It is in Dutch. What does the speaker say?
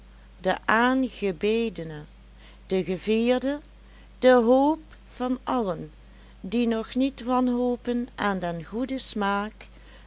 de aangebedene de gevierde de hoop van allen die nog niet wanhopen aan den goeden smaak